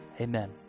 Amen